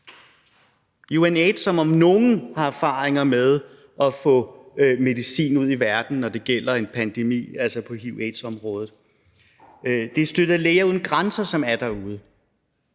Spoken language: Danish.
UNAIDS, som om nogen har erfaringer med at få medicin ud i verden, når det gælder en pandemi – altså på hiv-/aids-området. Det er støttet af Læger uden Grænser, som er derude.